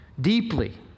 deeply